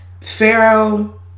pharaoh